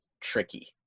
tricky